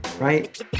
right